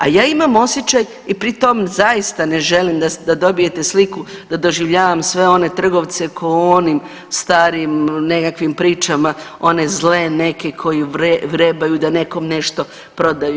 A ja imam osjećaj i pritom zaista ne želim da dobijete sliku da doživljavam sve one trgovce kao u onim starim nekakvim pričama one zle neke koji vrebaju da nekom nešto prodaju.